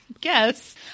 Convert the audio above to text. guess